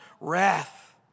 wrath